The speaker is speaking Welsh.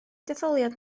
detholiad